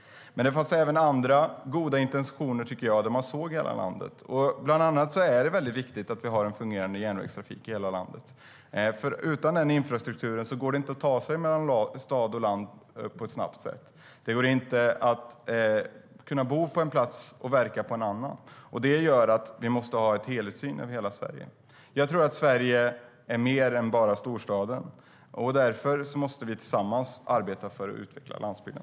Det fanns även andra goda intentioner där vi såg hela landet. Bland annat är det viktigt att vi har en fungerande järnvägstrafik i hela landet. Utan sådan infrastruktur går det inte att ta sig mellan stad och land på ett snabbt sätt. Det går inte att bo på en plats och verka på en annan. Därför måste vi ha en helhetssyn på Sverige. Sverige är mer än bara storstad. Därför måste vi arbeta tillsammans för att utveckla landsbygden.